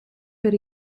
per